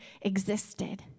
existed